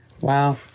Wow